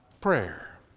prayer